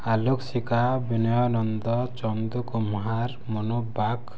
Alok Sika Binay Nanda Chandu Kumbhar Manoj Bag